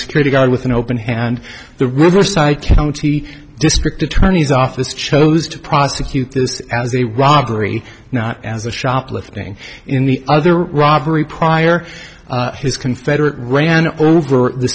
security guard with an open hand the riverside county district attorney's office chose to prosecute this as a robbery not as a shoplifting in the other robbery prior his confederate ran over the